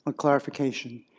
ah clarification,